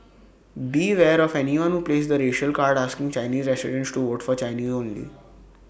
beware of anyone who plays the racial card asking Chinese residents to vote for Chinese only